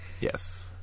Yes